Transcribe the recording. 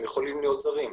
הם יכולים להיות זרים.